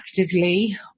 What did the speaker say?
actively